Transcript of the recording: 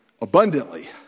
abundantly